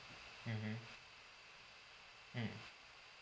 mmhmm mm